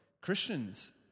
Christians